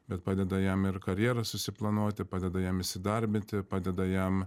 bet padeda jam ir karjerą susiplanuoti padeda jam įsidarbinti padeda jam